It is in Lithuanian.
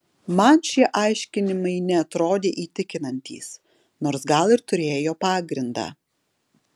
man šie aiškinimai neatrodė įtikinantys nors gal ir turėjo pagrindą